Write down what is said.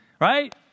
right